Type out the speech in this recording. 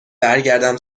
برگردم